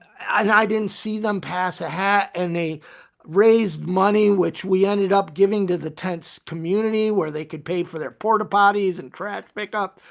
and i didn't see them pass a hat and they raised money which we ended up giving to the tense community where they could pay for their porta potties and trash pickup.